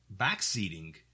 backseating